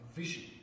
vision